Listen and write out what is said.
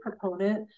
proponent